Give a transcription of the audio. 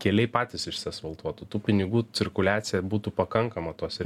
keliai patys išasfaltuotų tų pinigų cirkuliacija būtų pakankama tuose